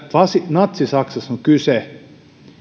natsi saksassa on kyse